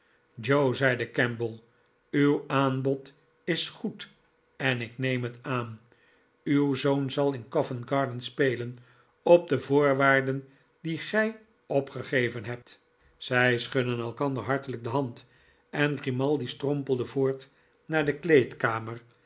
joe zeide kemble uw aanbod is goed en ik neem het aan uw zoon zal in coventgarden spelen op de voorwaarden die gij opgegeven hebt zij schudden elkander hartelijk de hand en grimaldi strompelde voort naar de kleedkamer